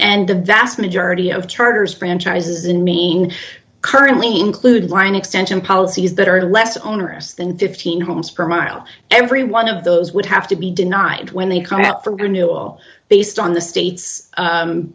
and the vast majority of charters franchises in maine currently include line extension policies that are less onerous than fifteen homes per mile every one of those would have to be denied when they come out from her new all based on the state